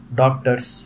doctors